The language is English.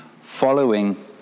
following